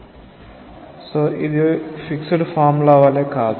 కాబట్టి ఇది fixed formula వలె కాదు